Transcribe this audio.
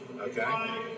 okay